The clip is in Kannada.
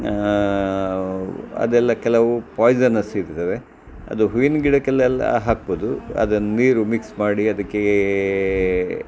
ಅದೆಲ್ಲ ಕೆಲವು ಪೋಯ್ಸನಸ್ ಇರ್ತವೆ ಅದು ಹೂವಿನ ಗಿಡಕ್ಕೆಲ್ಲ ಹಾಕ್ಬೋದು ಅದನ್ನ ನೀರು ಮಿಕ್ಸ್ ಮಾಡಿ ಅದಕ್ಕೆ